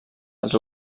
als